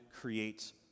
creates